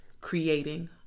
creating